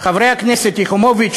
חברי הכנסת יחימוביץ,